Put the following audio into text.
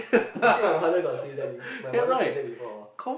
actually my mother got says that before my mother says that before